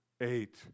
eight